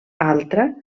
altra